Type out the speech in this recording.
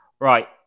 Right